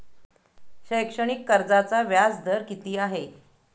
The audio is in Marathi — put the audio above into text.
शैक्षणिक कर्जाचा व्याजदर किती आहे?